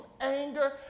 anger